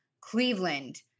Cleveland